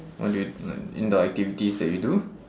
what do you like indoor activities that you do